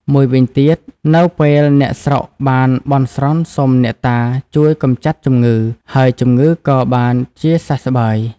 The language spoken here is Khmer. មួយវិញទៀតនៅពេលអ្នកស្រុកបានបន់ស្រន់សុំអ្នកតាជួយកម្ចាត់ជំងឺ ហើយជំងឺក៏បានជាសះស្បើយ